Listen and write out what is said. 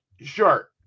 sure